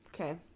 Okay